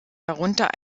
darunter